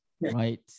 right